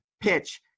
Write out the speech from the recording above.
PITCH